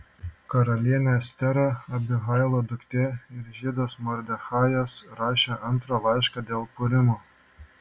karalienė estera abihailo duktė ir žydas mordechajas rašė antrą laišką dėl purimo